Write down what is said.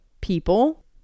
people